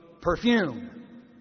perfume